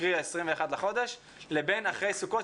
קרי בין 21 לחודש לבין אחרי סוכות,